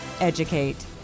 Educate